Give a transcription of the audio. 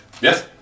Yes